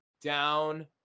down